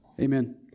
Amen